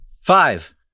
Five